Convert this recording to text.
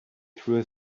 through